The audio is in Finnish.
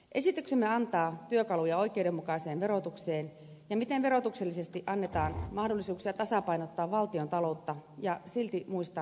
esityksemme antaa työkaluja oikeudenmukaiseen verotukseen ja siihen miten verotuksellisesti annetaan mahdollisuuksia tasapainottaa valtiontaloutta ja silti muistaa heikompiosaisia